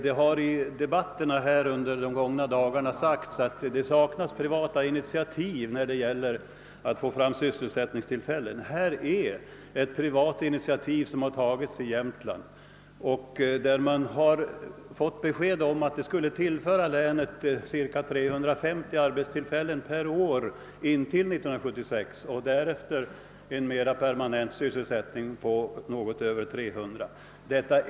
Det har i debatterna här i kammaren under de senaste dagarna sagts att det saknas privata initiativ när det gäller att skapa sysselsättningstillfällen. I detta fall har ett privat initiativ tagits i Jämtland, och det har givits besked om att länet skulle kunna tillföras cirka 350 arbetstillfällen per år intill år 1976 och därefter en mera permanent sysselsättning för något över 300 personer.